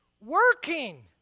working